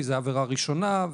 כי זו עבירה ראשונה,